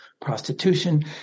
prostitution